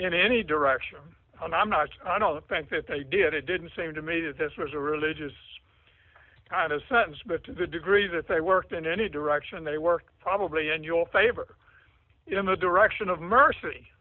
in any direction and i'm not i don't know the facts if they did it didn't seem to me that this was a religious kind of sensitivity degree that they worked in any direction they worked probably in your favor in the direction of mercy